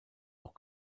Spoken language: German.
auch